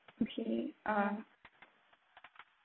okay uh